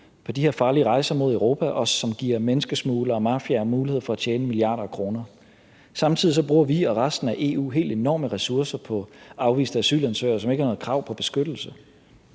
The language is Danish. de her farlige rejser mod Europa, og som giver menneskesmuglere og mafiaer mulighed for at tjene milliarder af kroner. Samtidig bruger vi og resten af EU helt enorme ressourcer på afviste asylansøgere, som ikke har noget krav på beskyttelse.